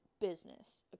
business